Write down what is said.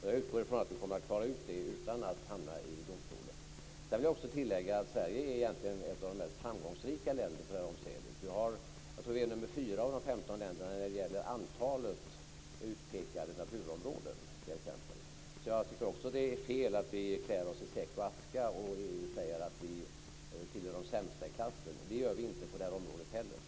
Jag utgår ifrån att vi kommer att kunna klara ut det utan att hamna i domstolen. Sedan vill jag tillägga att Sverige egentligen är ett av de mest framgångsrika länderna i det här avseendet. Jag tror att vi är nr 4 av de 15 länderna när det gäller antalet utpekade naturområden. Det är fel att vi klär oss i säck och aska och säger att vi tillhör de sämsta i klassen. Det gör vi inte heller på det här området.